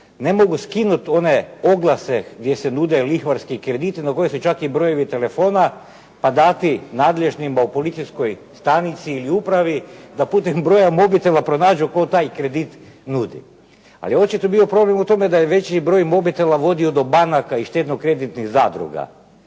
ne mogu skinuti one oglase gdje se nude lihvarski krediti na kojem su čak i brojevi telefona pa dati nadležnima u policijskoj stanici ili upravi da putem broja mobitela pronađu tko taj kredit nudi. Ali je očito bio problem u tome da je veći broj mobitela vodio do banaka i štedno-kreditnih zadruga